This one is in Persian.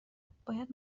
باید